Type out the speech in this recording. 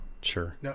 Sure